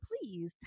please